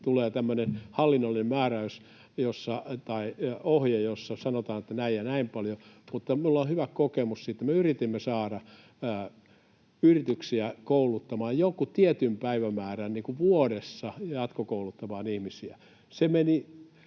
hallinnollinen määräys tai ohje, jossa sanotaan, että näin ja näin paljon. Minulla on hyvä kokemus siitä. Me yritimme saada yrityksiä kouluttamaan, jonkun tietyn määrän päiviä vuodessa jatkokouluttamaan ihmisiä.